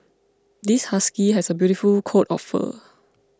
this husky has a beautiful coat of fur